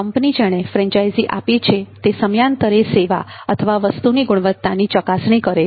company જેણે franchise આપી છે તે સમયાંતરે સેવા અથવા વસ્તુની ગુણવત્તાની ચકાસણી કરે છે